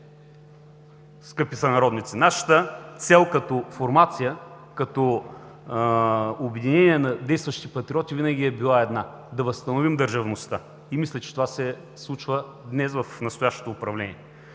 скъпи сънародници! Нашата цел като формация, като обединение на действащите патриоти винаги е била една – да възстановим държавността, и мисля, че това се случва днес в настоящото управление.